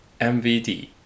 MVD